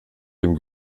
dem